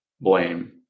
blame